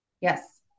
Yes